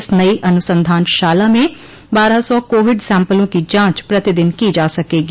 इस नई अनुसंधानशाला मे बारह सौ कोविड सैम्पलों की जांच प्रतिदिन की जा सकेगी